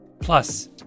Plus